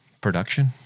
production